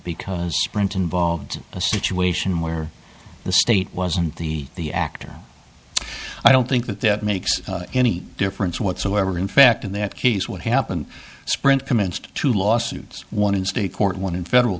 because brant involved a situation where the state wasn't the the actor i don't think that that makes any difference whatsoever in fact in that case what happened sprint commenced two lawsuits one in state court one in federal